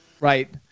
Right